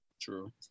True